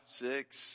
six